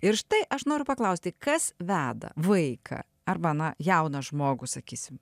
ir štai aš noriu paklausti kas veda vaiką arba na jauną žmogų sakysim